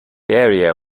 area